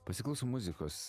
pasiklausom muzikos